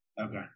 Okay